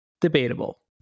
debatable